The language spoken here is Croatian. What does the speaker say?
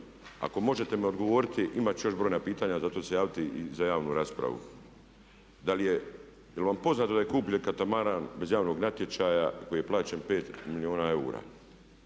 ako možete mi odgovoriti, imati ću još brojna pitanja zato ću se javiti i za javnu raspravu da li je, je li vam poznato da je Kup … iz javnog natječaja koji je plaćen 5 milijuna eura,